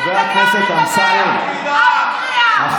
חברת הכנסת דיסטל, קריאה שלישית.